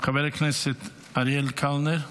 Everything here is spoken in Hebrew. חבר הכנסת אריאל קלנר,